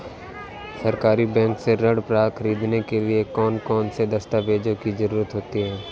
सहकारी बैंक से ऋण ख़रीदने के लिए कौन कौन से दस्तावेजों की ज़रुरत होती है?